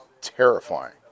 terrifying